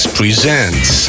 presents